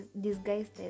disguised